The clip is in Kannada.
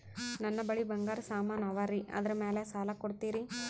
ನನ್ನ ಬಳಿ ಬಂಗಾರ ಸಾಮಾನ ಅವರಿ ಅದರ ಮ್ಯಾಲ ಸಾಲ ಕೊಡ್ತೀರಿ?